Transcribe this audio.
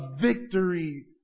victory